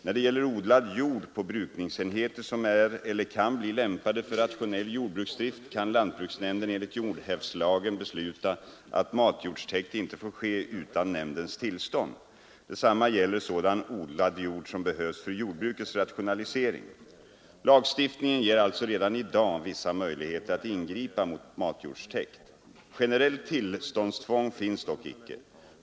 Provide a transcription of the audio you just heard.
När det gäller odlad jord på brukningsenheter, som är eller kan bli lämpade för rationell jordbruksdrift, kan lantbruksnämnden enligt jordhävdslagen besluta att matjordstäkt inte får ske utan nämndens tillstånd. Detsamma gäller sådan odlad jord som behövs för jordbrukets rationalisering. Lagstiftningen ger alltså redan i dag vissa möjligheter att ingripa mot matjordstäkt. Generellt tillståndstvång finns dock icke.